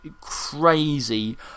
crazy